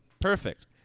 Perfect